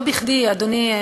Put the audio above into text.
לא בכדי אדוני,